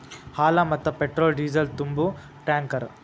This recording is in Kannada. ಹಾಲ, ಮತ್ತ ಪೆಟ್ರೋಲ್ ಡಿಸೇಲ್ ತುಂಬು ಟ್ಯಾಂಕರ್